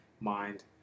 mind